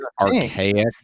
archaic